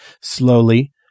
Slowly